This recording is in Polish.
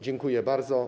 Dziękuję bardzo.